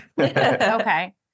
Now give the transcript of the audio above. Okay